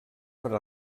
per